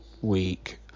week